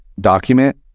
document